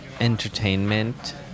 entertainment